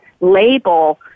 label